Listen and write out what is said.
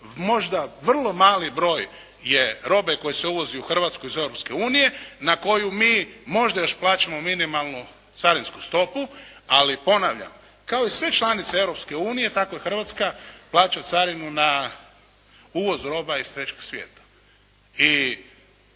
Možda vrlo mali broj je robe koja se uvozi u Hrvatsku iz Europske unije na koju mi možda još plaćamo minimalno carinsku stopu. Ali ponavljam, kao i sve članice Europske unije tako i Hrvatska plaća carinu na uvoz roba iz trećeg svijeta.